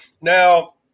Now